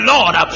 Lord